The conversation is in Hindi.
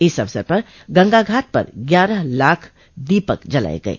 इस अवसर पर गंगा घाट पर ग्यारह लाख दीपक जलाये गये